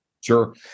Sure